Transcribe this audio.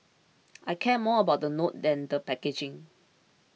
I care more about the note than the packaging